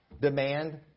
demand